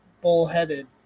bull-headed